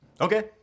Okay